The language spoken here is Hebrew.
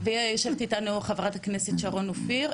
ויושבת איתנו חה"כ שרון רופא אופיר,